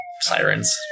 sirens